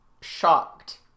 shocked